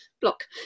block